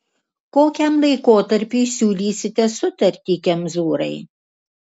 kokiam laikotarpiui siūlysite sutartį kemzūrai